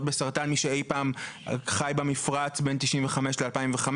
בסרטן מי שאי פעם חי במפרץ בין 1995 ל- 2015,